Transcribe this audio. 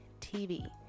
tv